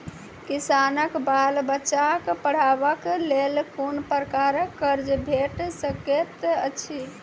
किसानक बाल बच्चाक पढ़वाक लेल कून प्रकारक कर्ज भेट सकैत अछि?